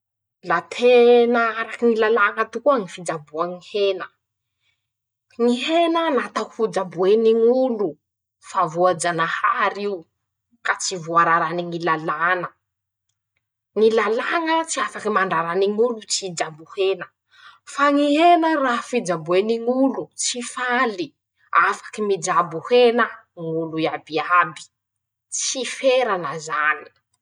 La tena araky ñy lalàña tokoa ñy fijaboan-kena: -ñy hena natao hojaboeny ñ'olo, fa voajanahar'io, ka tsy voararany ñy lalàna, ñy lalàña tsy afaky mandrarany ñ'olo tsy hijabo hena, fa ñy hena raha fibajoeny ñ'olo, tsy faly, afaky mijabo hena ñ'olo iabiaby, tsy ferana zany.